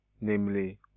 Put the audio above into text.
namely